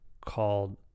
called